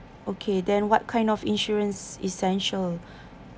okay then what kind of insurance essential